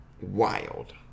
wild